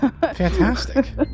Fantastic